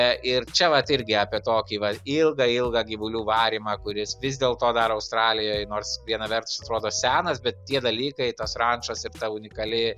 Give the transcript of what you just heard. e ir čia vat irgi apie tokį va ilgą ilgą gyvulių varymą kuris vis dėlto dar australijoj nors viena vertus atrodo senas bet tie dalykai tos rančos ir ta unikali